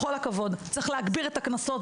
צריך להגביר את הקנסות,